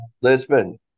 Lisbon